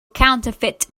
counterfeit